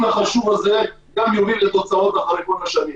החשוב הזה יוביל לתוצאות אחרי כל כך הרבה שנים.